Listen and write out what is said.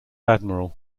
admiral